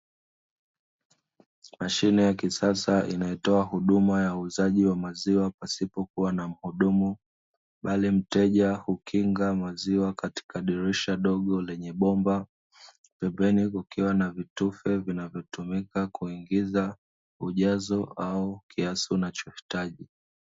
Mashine ya kisasa inayotoa huduma ya uuzaji wa maziwa pasipokuwa na mhudumu, bali mteja hukinga maziwa katika dirisha dogo lenye bomba, pembeni kukiwa na vitufe vinavyotumika kuingiza ujazo au kiasi unachohitaji.